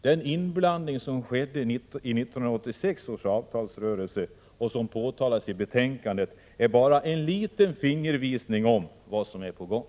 Den inblandning som skedde i 1986 års avtalsrörelse och som påtalas i betänkandet är bara en liten fingervisning om vad som är på gång.